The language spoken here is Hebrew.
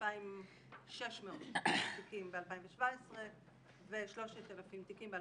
2600 תיקים ב-2017 ו-3000 תיקים ב-2016.